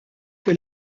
que